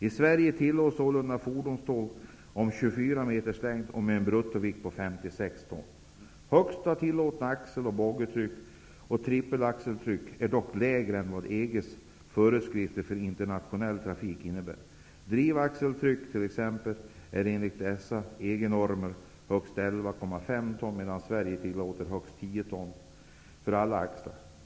I Sverige tillåts sålunda fordonståg om 24 meters längd och med en bruttovikt av 56 ton. Högsta tillåtna axel-, boggi och tripppelaxeltryck är dock lägre än vad Drivaxeltrycket, t.ex., är enligt dessa EG-normer högst 11,5 ton, medan Sverige tillåter högst 10 ton för alla axlar.